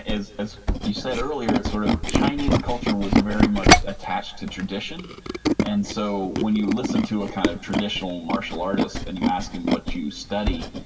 as as you said earlier, it's sort of chinese culture was very much attached to tradition and so when you listen to a kind of traditional martial artist and you ask him what you study,